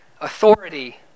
Authority